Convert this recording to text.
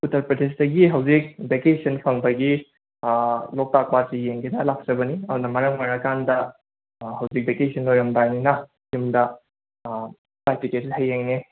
ꯎꯇꯔ ꯄ꯭ꯔꯗꯦꯁꯇꯒꯤ ꯍꯧꯖꯤꯛ ꯚꯦꯀꯦꯁꯟ ꯐꯪꯕꯒꯤ ꯂꯣꯛꯇꯥꯛ ꯄꯥꯠꯁꯦ ꯌꯦꯡꯒꯦꯅ ꯂꯥꯛꯆꯕꯅꯤ ꯑꯗꯨꯅ ꯃꯔꯝ ꯑꯣꯏꯔꯀꯥꯟꯗ ꯍꯧꯖꯤꯛ ꯚꯦꯀꯦꯁꯟ ꯂꯣꯏꯔꯝꯗꯥꯏꯅꯤꯅ ꯌꯨꯝꯗ ꯐ꯭ꯂꯥꯏꯠ ꯇꯣꯀꯦꯠꯁꯦ ꯍꯌꯦꯡꯅꯦ